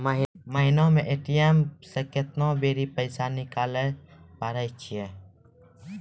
महिना मे ए.टी.एम से केतना बेरी पैसा निकालैल पारै छिये